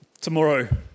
tomorrow